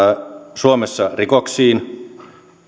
suomessa rikoksiin